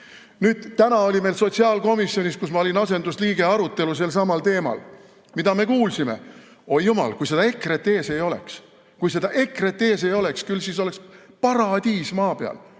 Täna oli meil sotsiaalkomisjonis, kus ma olin asendusliige, arutelu selsamal teemal. Mida me kuulsime? Oi jumal! Kui seda EKRE-t ees ei oleks! Kui seda EKRE-t ees ei oleks, küll siis oleks paradiis maa peal!